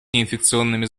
неинфекционными